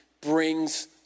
brings